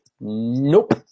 nope